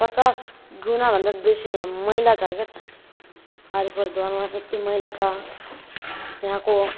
पचास गुणाभन्दा बेसी यहाँ मैला छ क्या त अलिपुरद्वारमा त्यति मैला छ यहाँको